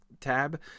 tab